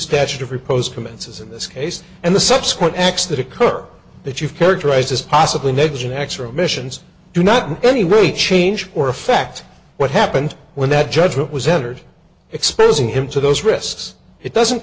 statute of repose commences in this case and the subsequent acts that occurred that you've characterized as possibly negligent extra missions do not any really change or affect what happened when that judgment was entered exposing him to those risks it doesn't